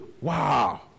Wow